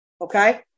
Okay